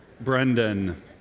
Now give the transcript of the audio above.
Brendan